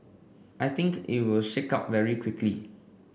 I think it will shake out very quickly